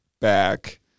back